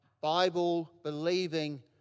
Bible-believing